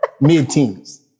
mid-teens